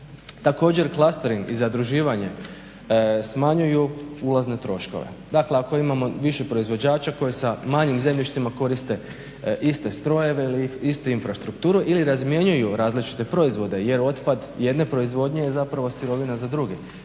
Također, clastering i zadruživanje smanjuju ulazne troškove, dakle ako imamo više proizvođača koje sa manjim zemljištima koriste iste strojeve ili istu infrastrukturu ili razmjenjuju različite proizvode jer otpad jedne proizvodnje je zapravo sirovina za druge.